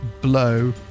Blow